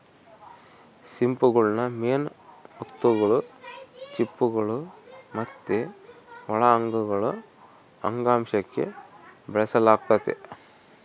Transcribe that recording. ಸಿಂಪಿಗುಳ್ನ ಮೇನ್ ಮುತ್ತುಗುಳು, ಚಿಪ್ಪುಗುಳು ಮತ್ತೆ ಒಳ ಅಂಗಗುಳು ಅಂಗಾಂಶುಕ್ಕ ಬೆಳೆಸಲಾಗ್ತತೆ